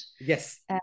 yes